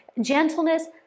gentleness